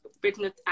business